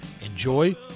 Enjoy